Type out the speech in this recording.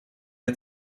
had